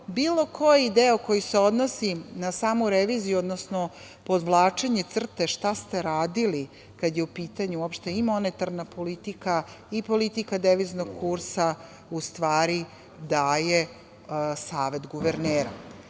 bilo koji deo koji se odnosi na samu reviziju, odnosno podvlačenje crte šta ste radili, kada je u pitanju uopšte i monetarna politika i politika deviznog kursa, u stvari daje Savet guvernera. Znači,